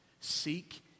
seek